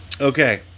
Okay